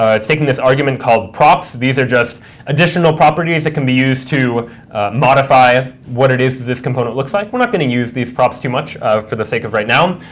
ah it's taking this argument called props. these are just additional properties that can be used to modify what it is that this component looks like. we're not going to use these props too much for the sake of right now,